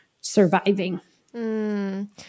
surviving